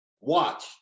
Watch